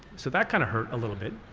so that kind of hurt a little bit.